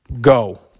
go